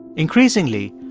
increasingly,